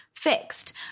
fixed